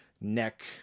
neck